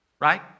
Right